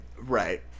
Right